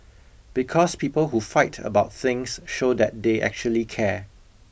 because people who fight about things show that they actually care